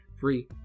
free